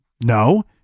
no